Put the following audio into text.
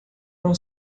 não